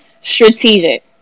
strategic